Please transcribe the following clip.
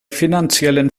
finanziellen